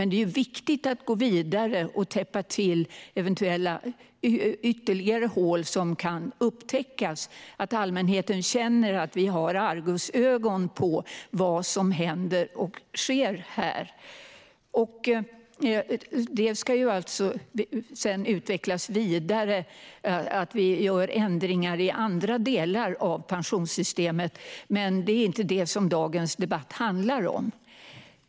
Det är viktigt att också gå vidare och täppa till ytterligare hål som kan upptäckas och att allmänheten känner att vi har argusögon på vad som händer här. Detta ska sedan utvecklas vidare, och vi ska göra ändringar i andra delar av pensionssystemet. Men det är inte det som dagens debatt handlar om.